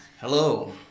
Hello